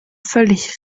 völlig